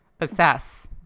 assess